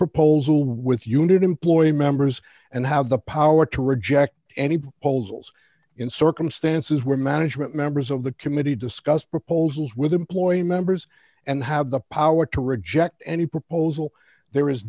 proposal with union employee members and have the power to reject any proposals in circumstances where management members of the committee discuss proposals with employee members and have the power to reject any proposal there is